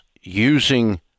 using